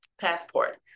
passport